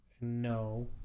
no